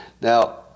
Now